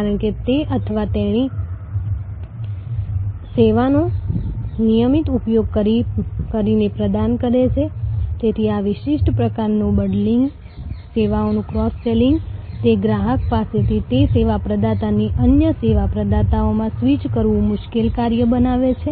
અને તે હકીકતમાં ઘણી નેટવર્ક માર્કેટિંગ કંપનીઓ આ પદ્ધતિનો ઉપયોગ કરે છે પિરામિડ માર્કેટિંગ એ સારો અભિગમ નથી તે ઘણા દેશોમાં ગેરકાયદેસર છે પરંતુ તમારા સહ